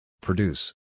Produce